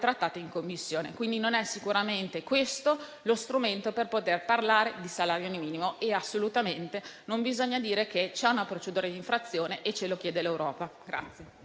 Quindi, non è sicuramente questo lo strumento per poter parlare di salario minimo e assolutamente non bisogna dire che c'è una procedura di infrazione e che ce lo chiede l'Europa.